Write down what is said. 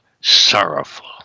sorrowful